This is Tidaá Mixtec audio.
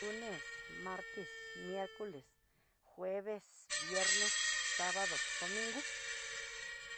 Lunes, martes, miercoles, jueves, viernes, sabado, domingo.